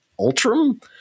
Ultram